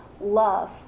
love